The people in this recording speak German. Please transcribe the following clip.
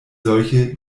solche